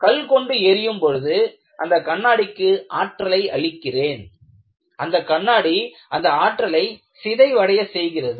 கல் கொண்டு எறியும் பொழுது அந்த கண்ணாடிக்கு ஆற்றலை அளிக்கிறேன் அந்த கண்ணாடி அந்த ஆற்றலை சிதைவடைய செய்கிறது